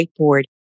whiteboard